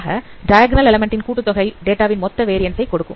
ஆக diagonal element கூட்டுத்தொகை டேட்டாவின் மொத்த வேரியன்ஸ் கொடுக்கும்